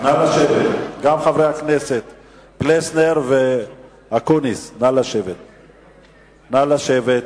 חברי הכנסת פלסנר ואקוניס, נא לשבת.